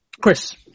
Chris